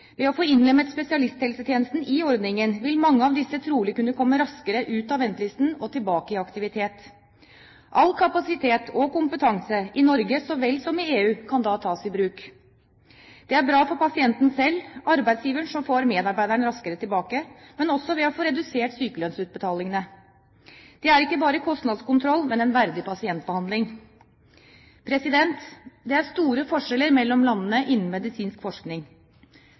Ved å få innlemmet spesialisthelsetjenesten i ordningen vil mange av disse trolig kunne komme raskere ut av ventelisten og tilbake i aktivitet. All kapasitet og kompetanse – i Norge så vel som i EU – kan da tas i bruk. Det er bra for pasienten selv og for arbeidsgiveren, som får sin medarbeider raskere tilbake, men også ved at man får redusert sykelønnsutbetalingene. Det er ikke bare kostnadskontroll, men en verdig pasientbehandling. Det er store forskjeller mellom landene innen medisinsk forskning.